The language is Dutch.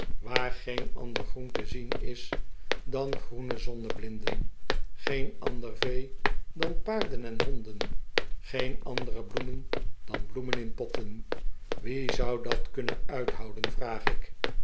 waar geen ander groen te zien is dan groene zonneblinden geen ander vee dan paarden en honden geen andere bioemen dan bioemen in potten wie zou dat kannen uithouden vraag ik